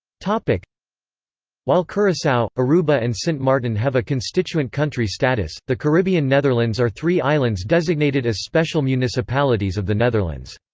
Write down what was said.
like while curacao, aruba and sint maarten have a constituent country status, the caribbean netherlands are three islands designated as special municipalities of the netherlands.